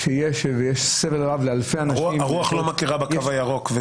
שיש שם ויש סבל רב לאלפי אנשים -- הרוח לא מכירה בקו הירוק.